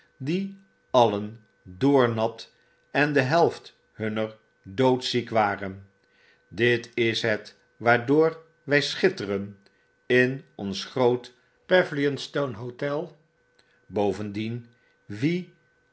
die alien doornat en de helft hunner doodziek waren dit is het waardoor wy schitteren in ons groot pavilionstone hotel bovendien wie